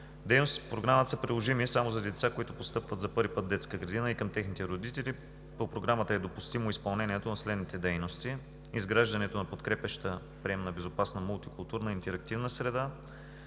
Дейностите по Програмата са приложими само за деца, които постъпват за първи път в детска градина, и към техните родители. По Програмата е допустимо изпълнението на следните дейности: изграждането на подкрепяща приемна безопасна мултикултурна и интерактивна среда;